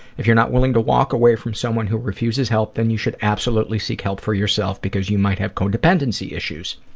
if you're not willing to walk away from someone who refuses help, then you should absolutely seek help for yourself because you might have codependency issues.